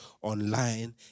online